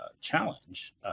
challenge